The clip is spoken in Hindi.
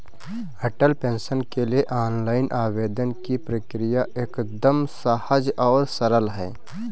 अटल पेंशन के लिए ऑनलाइन आवेदन की प्रक्रिया एकदम सहज और सरल है